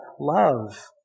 love